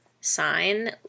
sign